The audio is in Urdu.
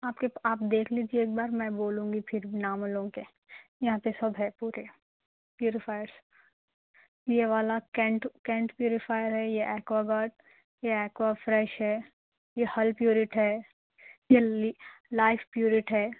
آپ کے آپ دیکھ لیجیے ایک بار میں بولوں گی پھر نام اُن لوگوں کے یہاں پہ سب ہے پورے پیوریفائر یہ والا کینٹ کینٹ پیوریفائر ہے یہ اکوا گارڈ یہ اکوا فریش ہے یہ ہلف پیورٹ ہے یہ لی لائف پیورٹ ہے